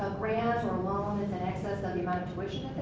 a grant or loans with an excess of the amount